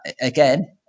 again